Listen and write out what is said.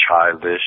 childish